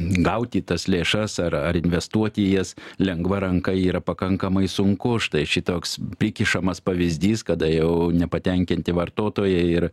gauti tas lėšas ar ar investuoti į jas lengva ranka yra pakankamai sunku štai šitoks prikišamas pavyzdys kada jau nepatenkinti vartotojai ir